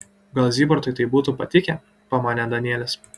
gal zybartui tai būtų patikę pamanė danielis